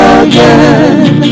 again